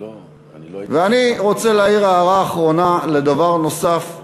אני רוצה להעיר הערה אחרונה על דבר נוסף,